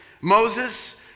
Moses